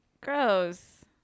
Gross